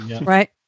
Right